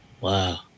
Wow